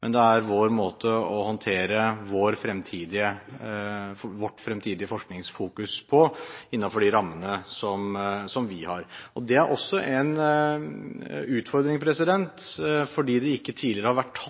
men det er vår måte å håndtere vårt fremtidige forskningsfokus på innenfor de rammene som vi har. Det er også en utfordring. Fordi det ikke tidligere har vært tatt